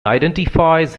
identifies